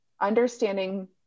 understanding